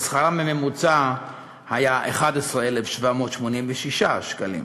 ושכרם הממוצע היה 11,786 שקלים,